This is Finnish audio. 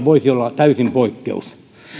voisi olla täysin poikkeus